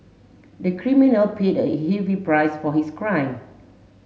the criminal paid a heavy price for his crime